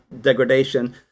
degradation